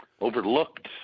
overlooked